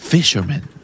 Fisherman